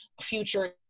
future